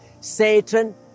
Satan